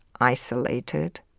isolated